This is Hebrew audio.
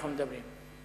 אנחנו מדברים.